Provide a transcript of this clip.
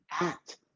act